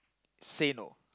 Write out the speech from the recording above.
say no